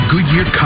Goodyear